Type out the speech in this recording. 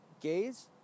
gays